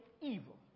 evil